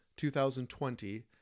2020